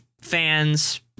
fans